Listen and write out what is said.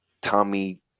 Tommy